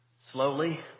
slowly